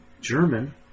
German